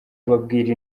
babwira